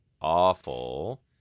awful